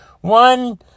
one